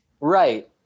Right